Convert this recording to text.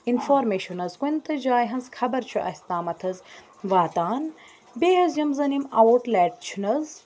information حظ کُنہِ تہِ جایہِ ہِنٛز خبر چھُ اَسہِ تامَتھ حظ واتان بیٚیہِ حظ یِم زَن یِم آوُٹ لٮ۪ٹ چھِنہٕ حظ